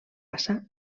passar